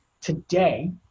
today